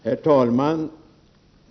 Herr talman!